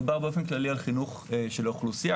מדובר באופן כללי על חינוך של האוכלוסייה.